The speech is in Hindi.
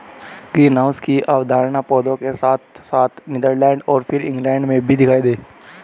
ग्रीनहाउस की अवधारणा पौधों के साथ साथ नीदरलैंड और फिर इंग्लैंड में भी दिखाई दी